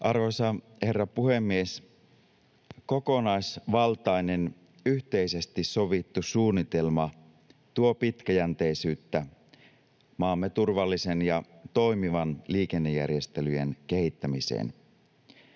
Arvoisa herra puhemies! Kokonaisvaltainen, yhteisesti sovittu suunnitelma tuo pitkäjänteisyyttä maamme turvallisten ja toimivien liikennejärjestelyjen kehittämiseen.